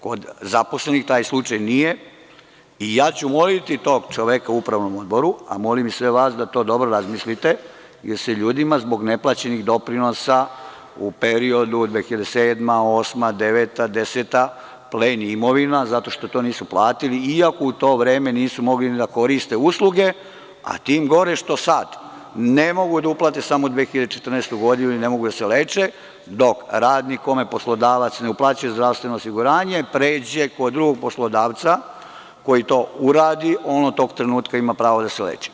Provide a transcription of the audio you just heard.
Kod zaposlenih taj slučaj nije i ja ću moliti tog čoveka u Upravnom odboru, a molim i sve vas da to dobro razmislite, jer se ljudima zbog neplaćenih doprinosa u periodu 2007, 2008, 2009. i 2010. godina pleni imovina zato što to nisu platili, iako u to vreme nisu mogli ni da koriste usluge, a tim gore što sad ne mogu da uplate samo 2014. godinu i ne mogu da se leče, dok radnik kome poslodavac ne uplaćuje zdravstveno osiguranje, pređe kod drugog poslodavca koji to uradi, on od tog trenutka ima pravo da se leči.